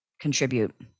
contribute